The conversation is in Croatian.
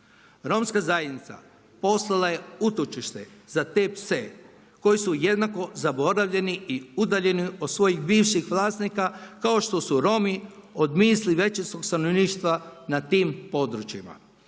Romska zajednica postala je utočite za te pse koji su jednako zaboravljeni i udaljeni od svojih bivših vlasnika kao što su Romi od misli većinskog stanovništva na tim područjima.